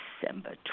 December